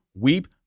weep